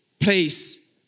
place